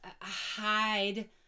hide